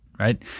right